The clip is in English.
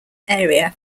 area